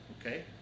Okay